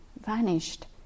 vanished